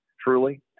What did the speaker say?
truly